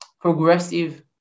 progressive